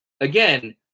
Again